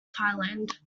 thailand